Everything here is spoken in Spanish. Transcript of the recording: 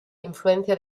influencia